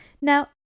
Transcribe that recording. Now